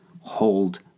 Hold